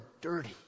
dirty